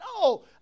No